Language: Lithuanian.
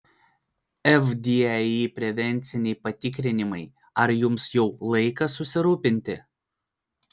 vdai prevenciniai patikrinimai ar jums jau laikas susirūpinti